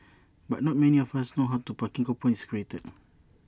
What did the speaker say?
but not many of us know how the parking coupon is created